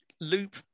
Loop